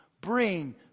bring